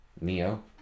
Neo